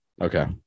Okay